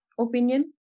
opinion